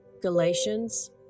Galatians